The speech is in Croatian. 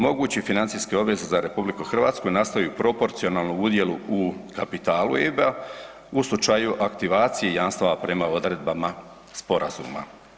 Mogući financijski obveze za RH nastaju proporcionalno udjelu u kapitalu EIB-a u slučaju aktivacije jamstva prema odredbama sporazuma.